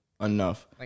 enough